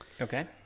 okay